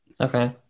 Okay